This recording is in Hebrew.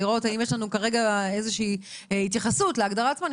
לראות האם יש לנו כרגע איזושהי התייחסות להגדרה עצמה.